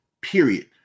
period